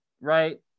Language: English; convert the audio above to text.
right